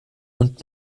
und